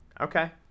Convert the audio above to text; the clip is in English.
Okay